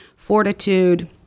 fortitude